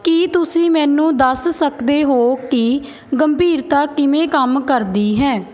ਕੀ ਤੁਸੀਂ ਮੈਨੂੰ ਦੱਸ ਸਕਦੇ ਹੋ ਕਿ ਗੰਭੀਰਤਾ ਕਿਵੇਂ ਕੰਮ ਕਰਦੀ ਹੈ